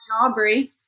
Aubrey